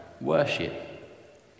worship